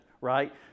right